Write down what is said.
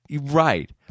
Right